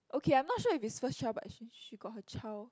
okay I'm not sure if it's first child but she she got her child